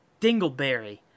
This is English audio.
dingleberry